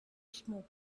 smoke